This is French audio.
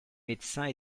médecins